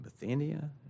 Bithynia